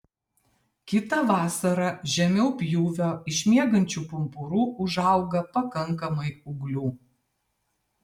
kitą vasarą žemiau pjūvio iš miegančių pumpurų užauga pakankamai ūglių